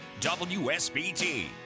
WSBT